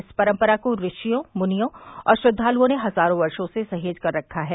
इस परम्परा को ऋषियों मुनियों और श्रद्वालुओं ने हजारों वर्षो से सहेज कर रखा है